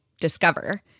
discover